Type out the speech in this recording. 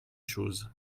chose